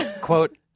quote